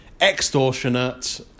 extortionate